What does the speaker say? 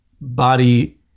body